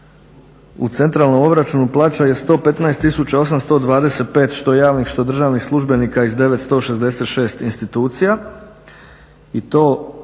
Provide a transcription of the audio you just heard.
u centralnom obračunu plaća je 115 825 što javnih što državnih službenika iz 966 institucija. I to znači